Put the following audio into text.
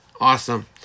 Awesome